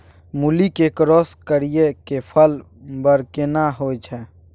मूली के क्रॉस करिये के फल बर केना होय छै?